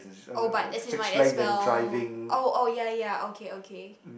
oh but as in what as well oh oh ya ya okay okay